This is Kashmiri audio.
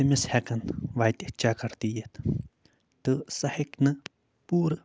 تٔمِس ہٮ۪کَن وَتہِ چَکَر تہِ یِتھ تہٕ سُہ ہٮ۪کہِ نہٕ پوٗرٕ